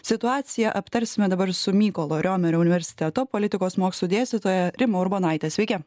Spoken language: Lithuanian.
situaciją aptarsime dabar su mykolo riomerio universiteto politikos mokslų dėstytoja rima urbonaite sveiki